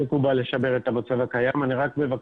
אני מקבלת את ההצעה לגבי